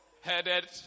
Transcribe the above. headed